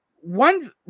one